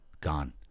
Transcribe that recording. gone